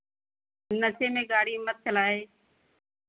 नशे में गाड़ी मत चलाए